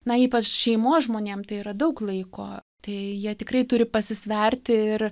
na ypač šeimos žmonėm tai yra daug laiko tai jie tikrai turi pasisverti ir